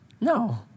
No